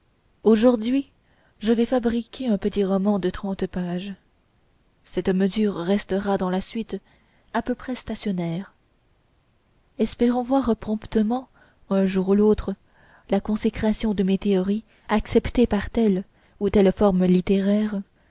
aujourd'hui je vais fabriquer un petit roman de trente pages cette mesure restera dans la suite à peu près stationnaire espérant voir promptement un jour ou l'autre la consécration de mes théories acceptée par telle ou telle forme littéraire